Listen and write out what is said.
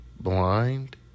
Blind